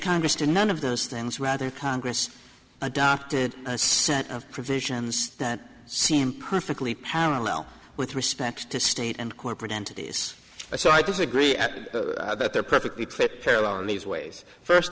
congress to none of those things rather congress adopted a set of provisions that seem perfectly parallel with respect to state and corporate entities so i disagree that they're perfectly trip parallel in these ways first